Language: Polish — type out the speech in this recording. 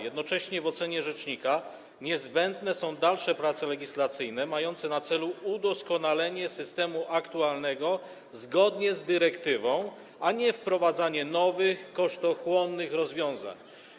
Jednocześnie w ocenie rzecznika niezbędne są dalsze prace legislacyjne mające na celu udoskonalenie systemu aktualnego zgodnie z dyrektywą, a nie wprowadzanie nowych, kosztochłonnych rozwiązań.